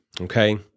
okay